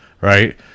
right